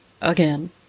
again